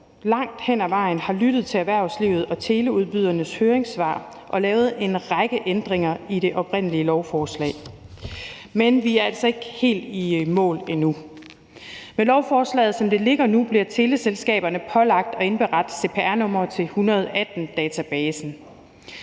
langt hen ad vejen har lyttet til erhvervslivet og til teleudbydernes høringssvar og lavet en række ændringer i det oprindelige lovforslag. Men vi er altså ikke helt i mål endnu. Med lovforslaget, som det ligger nu, bliver teleselskaberne pålagt at indberette cpr-numre til 118-databasen.